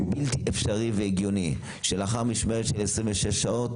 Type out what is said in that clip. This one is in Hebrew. בלתי אפשרי ולא הגיוני שלאחר משמרת של 26 שעות